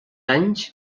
anys